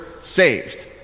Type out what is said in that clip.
saved